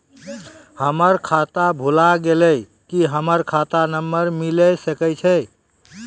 हमर खाता भुला गेलै, की हमर खाता नंबर मिले सकय छै?